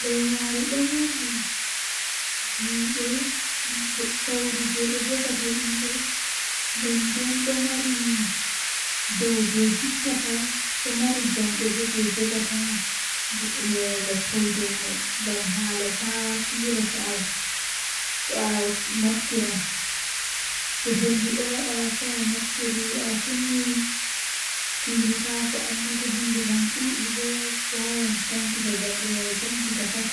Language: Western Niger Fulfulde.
Nyamdu kala didi jei mi suptata mi tokka nyamugo kanjum woni haako ledde kala ledde irin bana lemo ayaba aran kenan didi bo mi nyaman kusel to mi nyama frutji be kusel kanjum do don woitina bandu masin mi wawan mi nyama haa